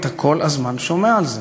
אתה כל הזמן שומע על זה.